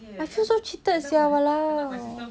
I feel so cheated sia !walao!